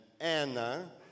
Anna